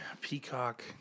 Peacock